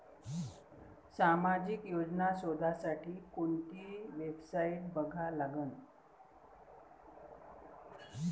सामाजिक योजना शोधासाठी कोंती वेबसाईट बघा लागन?